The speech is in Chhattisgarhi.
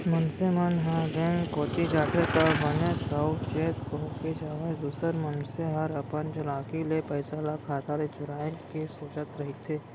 मनसे मन ह बेंक कोती जाथे त बने साउ चेत होके जावय दूसर मनसे हर अपन चलाकी ले पइसा ल खाता ले चुराय के सोचत रहिथे